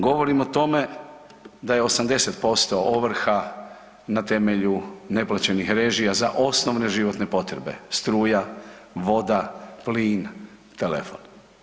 Govorim o tome da je 80% ovrha na temelju neplaćenih režija za osnovne životne potrebe, struja, voda, plin, telefon.